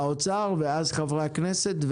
האוצר ואז חברי הכנסת,